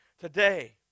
Today